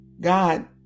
God